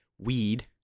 weed